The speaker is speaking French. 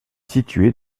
situé